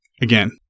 again